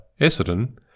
Essendon